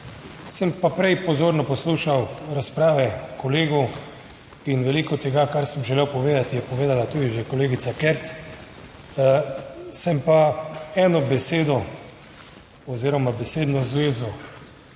Sem pa prej pozorno poslušal razprave kolegov in veliko tega kar sem želel povedati, je povedala tudi že kolegica Kert. Sem pa eno besedo oziroma besedno zvezo